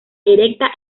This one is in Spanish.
erecta